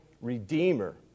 redeemer